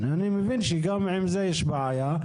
אני מבין שגם עם זה יש בעיה.